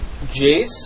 Jace